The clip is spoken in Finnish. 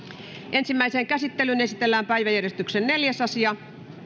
ensimmäiseen käsittelyyn esitellään päiväjärjestyksen neljäs asia